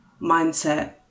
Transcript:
mindset